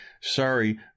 Sorry